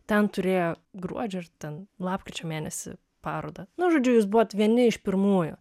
ten turėjo gruodžio ir ten lapkričio mėnesį parodą nu žodžiu jūs buvot vieni iš pirmųjų